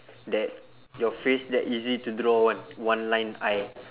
that your face that easy to draw [one] that one line eye